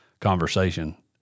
conversation